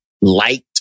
liked